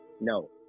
No